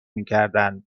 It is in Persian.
میکردند